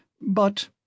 but—